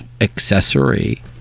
accessory